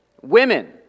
Women